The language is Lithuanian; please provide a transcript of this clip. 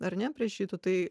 ar ne prie šito tai